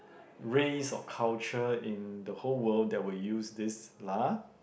race or culture in the whole world that will use this lah